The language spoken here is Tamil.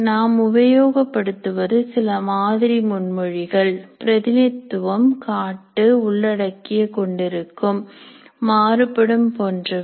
நாம் உபயோகப்படுத்துவது சில மாதிரி முன்மொழிகள் பிரதிநிதித்துவம் காட்டு உள்ளடக்கிய கொண்டிருக்கும் மாறுபடும் போன்றவை